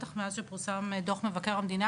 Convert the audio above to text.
ובטח מאז שפורסם דוח מבקר המדינה,